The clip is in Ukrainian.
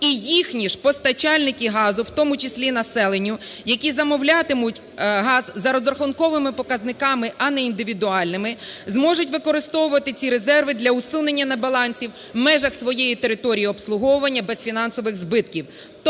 і їхні ж постачальники газу, в тому числі населенню, які замовлятимуть газ за розрахунковими показниками, а не індивідуальними, зможуть використовувати ці резерви для усунення небалансів в межах своєї території обслуговування без фінансових збитків.